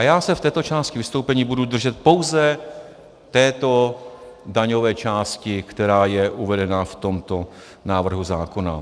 Já se v této části vystoupení budu držet pouze této daňové části, která je uvedena v tomto návrhu zákona.